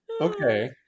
okay